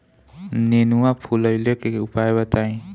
नेनुआ फुलईले के उपाय बताईं?